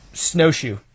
Snowshoe